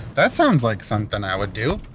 that sounds like something i would do!